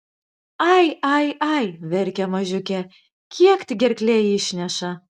ai ai ai verkia mažiukė kiek tik gerklė išneša